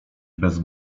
bez